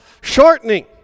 shortening